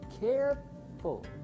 careful